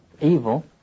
evil